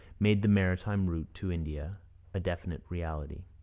made the maritime route to india a definite reality.